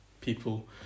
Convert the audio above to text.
People